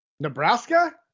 Nebraska